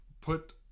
put